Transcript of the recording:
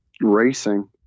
racing